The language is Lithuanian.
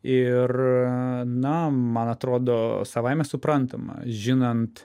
ir na man atrodo savaime suprantama žinant